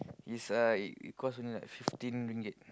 is like it cost only like fifteen ringgit